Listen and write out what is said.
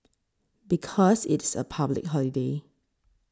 because it's a public holiday